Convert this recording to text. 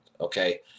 okay